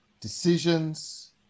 decisions